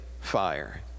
fire